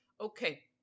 okay